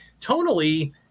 tonally